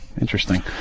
Interesting